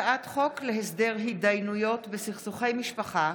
הצעת חוק להסדר התדיינויות בסכסוכי משפחה